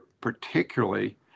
particularly